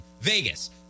Vegas